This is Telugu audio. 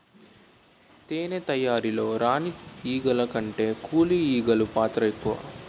తేనె తయారీలో రాణి ఈగల కంటే కూలి ఈగలు పాత్ర ఎక్కువ